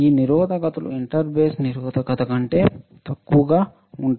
ఈ నిరోధకతలు interbase నిరోధకత కంటే తక్కువగా ఉంటాయి